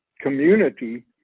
community